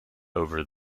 over